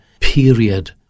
period